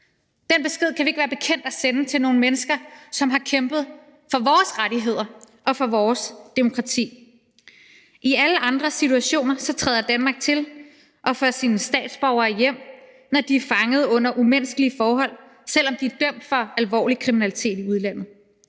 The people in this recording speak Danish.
Den besked kan vi ikke være bekendt at sende til nogle mennesker, som har kæmpet for vores rettigheder og for vores demokrati. I alle andre situationer træder Danmark til og får sine statsborgere hjem, når de er fanget under umenneskelige forhold, selv om de er dømt for alvorlig kriminalitet i udlandet.